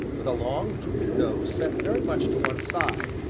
with a long, drooping nose set very much to one side,